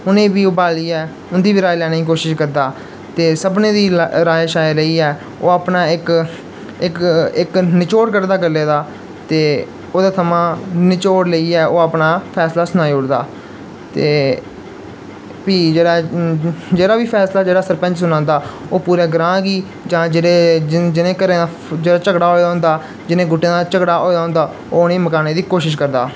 उ'नेंगी बी ओह् बाहलियै उं'दी बी राए लैने दी कोशश करदा ते सभनें दा राए लेइयै ओह् अपना इक इक इक नचोड़ कड्ढदा गल्लै दा के ओह्दे थमां नचोड़ लेइयै ओह् अपना फैसला सनाई ओड़दा ते फ्ही जेह्ड़ा जेह्ड़ा बी फैसला जेह्ड़ा सरपैंच सनांदा ओह् पूरे ग्रांऽ गी जां जेह्दे जिनें घरें दा झगड़ा होए दा होंदा जिनें गुटें दा झगड़ा होए दा होंदा ओह् उ'नेंगी मकाने दी कोशश करदा